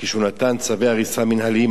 כשהוא נתן צווי הריסה מינהליים,